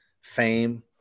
fame